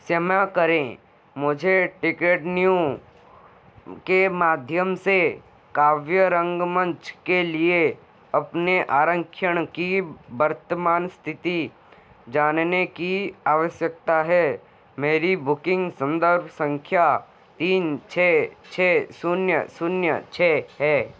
क्षमा करें मुझे टिकटन्यू के माध्यम से काव्य रंगमंच के लिए अपने आरक्षण की वर्तमान इस्थिति जानने की आवश्यकता है मेरी बुकिन्ग सन्दर्भ सँख्या तीन छह छह शून्य शून्य छह है